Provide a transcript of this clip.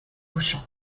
couchant